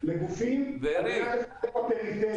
לגופים על מנת לספק בפריפריה.